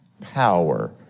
power